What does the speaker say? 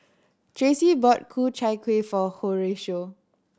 Tracey bought Ku Chai Kueh for Horatio